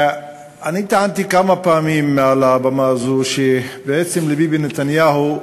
טענתי כמה פעמים מעל הבמה הזאת שביבי נתניהו,